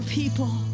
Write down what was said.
people